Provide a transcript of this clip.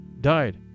died